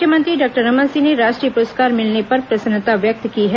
मुख्यमंत्री डॉक्टर रमन सिंह ने राष्ट्रीय पुरस्कार मिलने पर प्रसन्नता व्यक्त की है